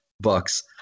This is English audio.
bucks